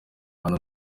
hano